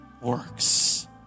works